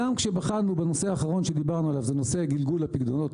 גם כשבחנו בנושא האחרון שדיברנו עליו זה נושא גלגול הפיקדונות,